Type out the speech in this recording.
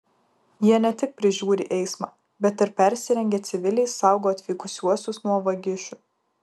jie ne tik prižiūri eismą bet ir persirengę civiliais saugo atvykusiuosius nuo vagišių